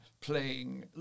playing